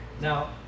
Now